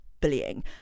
bullying